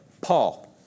Paul